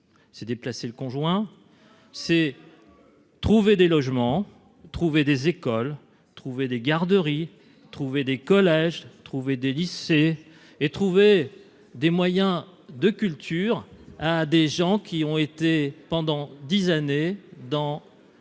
s'est déplacé, le conjoint, c'est trouver des logements, trouver des écoles, trouver des garderies, trouver des collèges, trouver des lycées et trouver des moyens de culture à des gens qui ont été pendant 10 années dans l'université